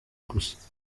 gusa